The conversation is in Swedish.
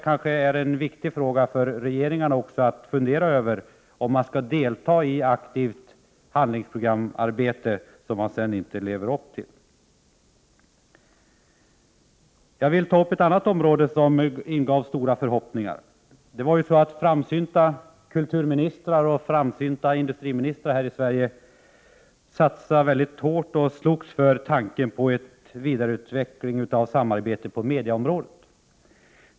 Då är det viktigt för regeringen att fundera över om man skall delta aktivt i ett handlingsprogramarbete som man sedan inte sedan lever upp till. Jag vill ta upp ett annat område som ingav stora förhoppningar. Framsynta kulturministrar och industriministrar här i Sverige satsade väldigt hårt på och slogs för tanken på en vidareutveckling av samarbetet på mediaområdet.